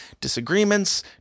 disagreements